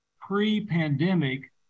pre-pandemic